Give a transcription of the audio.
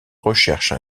recherche